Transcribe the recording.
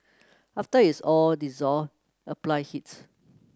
after is all dissolved apply heat